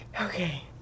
okay